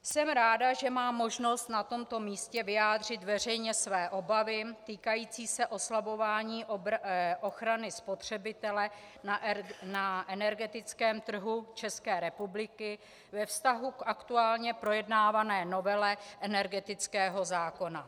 Jsem ráda, že mám možnost na tomto místě vyjádřit veřejně své obavy týkající se oslabování ochrany spotřebitele na energetickém trhu České republiky ve vztahu k aktuálně projednávané novele energetického zákona.